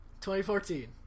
2014